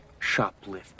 shoplift